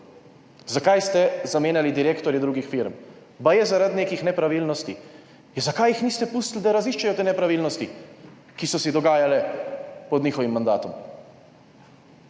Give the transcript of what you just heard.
Zakaj ste zamenjali direktorje drugih firm? Baje zaradi nekih nepravilnosti. In zakaj jih niste pustili, da raziščejo te nepravilnosti, ki so se dogajale pod njihovim mandatom?